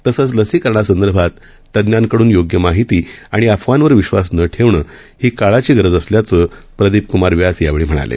तसंच लसीकरणासंदर्भात तज्ज्ञांकड़न योग्य माहिती आणि अफवांवर विश्वास न ठेवणं ही काळाची गरज असल्याचं प्रदीप कृमार व्यास यावेळी म्हणाले